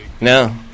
No